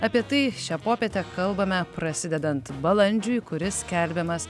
apie tai šią popietę kalbame prasidedant balandžiui kuris skelbiamas